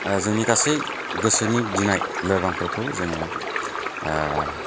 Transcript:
जोंनि गासै गोसोनि गिनाय लोरबांफोरखौ जोङो